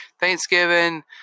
Thanksgiving